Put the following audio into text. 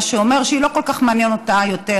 מה שאומר שלא כל כך מעניין אותה יותר